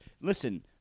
listen